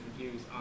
reviews